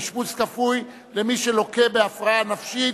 אשפוז כפוי למי שלוקה בהפרעה נפשית),